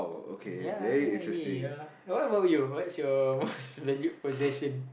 ya I ya what about you what's your most valued possession